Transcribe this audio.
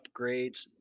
upgrades